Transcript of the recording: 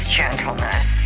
gentleness